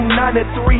93